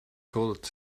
could